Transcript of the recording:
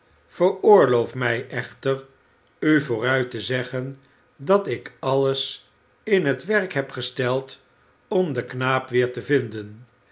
veroorloof mij echter u vooruit te zeggen dat ik alles in het werk heb gesteld om den knaap weer te vinden